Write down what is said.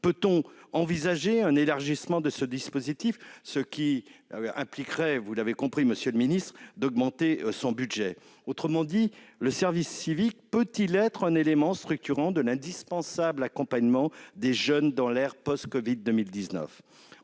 Peut-on envisager un élargissement de ce dispositif, ce qui impliquerait, vous l'aurez compris, monsieur le secrétaire d'État, d'augmenter son budget ? Autrement dit, le service civique peut-il être un élément structurant de l'indispensable accompagnement des jeunes dans l'ère post-Covid-19 ?